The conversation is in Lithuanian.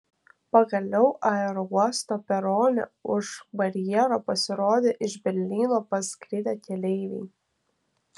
pagaliau aerouosto perone už barjero pasirodė iš berlyno parskridę keleiviai